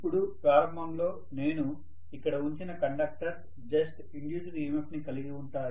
ఇప్పుడు ప్రారంభంలో నేను ఇక్కడ ఉంచిన కండక్టర్స్ జస్ట్ ఇండ్యూస్డ్ EMF ని కలిగి ఉంటాయి